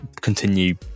continue